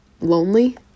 lonely